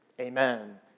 amen